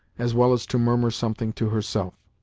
as well as to murmur something to herself.